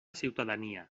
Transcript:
ciutadania